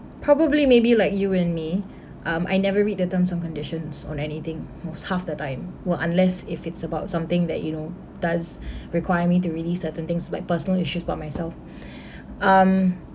probably maybe like you and me um I never read the terms and conditions on anything was half the time well unless if it's about something that you know does require me to release certain things like personal issues about myself um